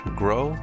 grow